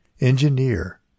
engineer